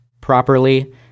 properly